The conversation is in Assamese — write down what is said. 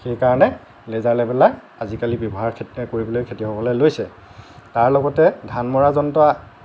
সেইকাৰণে লেজাৰ লেভেলাৰ আজিকালি ব্যৱহাৰ কৰিবলৈ খেতিয়কসকলে লৈছে তাৰ লগতে ধান মৰা যন্ত্ৰ